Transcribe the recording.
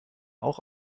auch